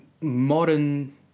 modern